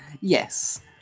Yes